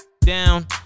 down